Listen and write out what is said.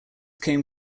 came